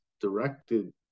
directed